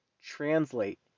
translate